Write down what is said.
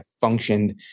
functioned